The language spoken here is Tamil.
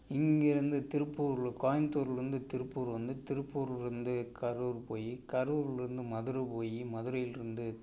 இங்கேயிருந்து திருப்பூர் கோயம்புத்தூர்லேருந்து திருப்பூர் வந்து திருப்பூர்லேருந்து கரூர் போய் கரூர்லேருந்து மதுரை போய் மதுரையிலேருந்து